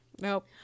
Nope